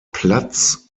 platz